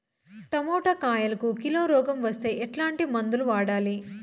Tomato కాయలకు కిలో రోగం వస్తే ఎట్లాంటి మందులు వాడాలి?